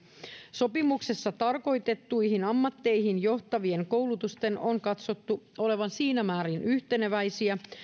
sopimuksessa tarkoitettuihin ammatteihin johtavien koulutusten on katsottu olevan siinä määrin yhteneväisiä